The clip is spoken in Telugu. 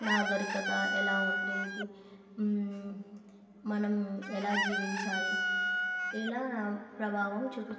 నాగరికత ఎలా ఉండేది మనం ఎలా జీవించాలి ఇలా ప్రభావం చూపింది